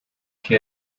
que